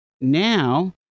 now